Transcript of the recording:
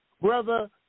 Brother